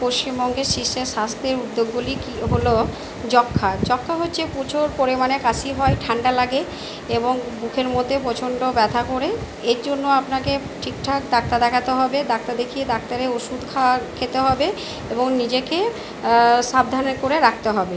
পশ্চিমবঙ্গের শীর্ষে স্বাস্থ্যের উদ্যোগগুলি কি হল যক্ষা যক্ষা হচ্ছে পুজোর পরে মানে কাশি হয় ঠান্ডা লাগে এবং বুকের মধ্যে প্রচণ্ড ব্যথা করে এর জন্য আপনাকে ঠিক ঠাক ডাক্তার দেখাতে হবে ডাক্তার দেখিয়ে ডাক্তারের ওষুধ খাওয়া খেতে হবে এবং নিজেকে সাবধানে করে রাখতে হবে